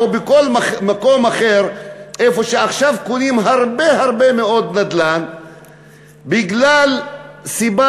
או בכל מקום אחר שעכשיו קונים בו הרבה הרבה מאוד נדל"ן בגלל סיבה,